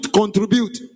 contribute